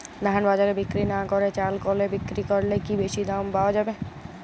ধান বাজারে বিক্রি না করে চাল কলে বিক্রি করলে কি বেশী দাম পাওয়া যাবে?